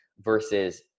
versus